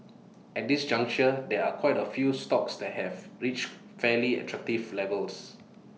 at this juncture there are quite A few stocks that have reached fairly attractive levels